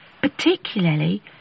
Particularly